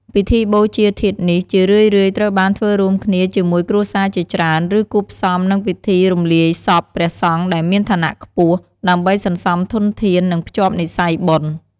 ពិធីបូជាធាតុនេះ ជារឿយៗត្រូវបានធ្វើរួមគ្នាជាមួយគ្រួសារជាច្រើន ឬគួបផ្សំនឹងពិធីរំលាយសពព្រះសង្ឃដែលមានឋានៈខ្ពស់ ដើម្បីសន្សំធនធាន និងភ្ជាប់និស្ស័យបុណ្យ។